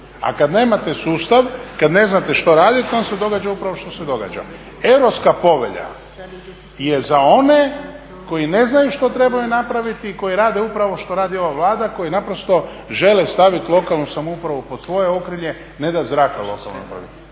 A kad nemate sustav, kad ne znate što radite onda se događa upravo što se događa. Europska povelja je za one koji ne znaju što trebaju napraviti i koji rade upravo što radi ova Vlada, koji naprosto žele staviti lokalnu samoupravu pod svoje okrilje, ne dat zraka lokalnoj upravi.